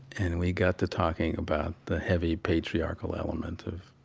and we got to talking about the heavy patriarchal element of,